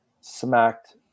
smacked